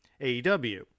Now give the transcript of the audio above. AEW